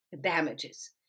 damages